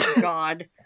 god